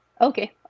okay